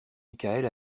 michael